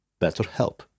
BetterHelp